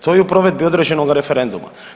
To je u provedbu određenoga referenduma.